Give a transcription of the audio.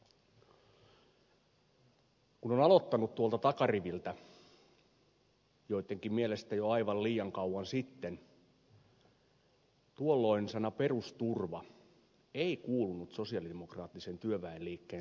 kun on aloittanut tuolta takariviltä joittenkin mielestä jo aivan liian kauan sitten tuolloin sana perusturva ei kuulunut sosialidemokraattisen työväenliikkeen sanavarastoon puolueena